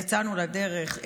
יצאנו לדרך,